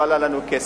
זה לא עלה לנו כסף,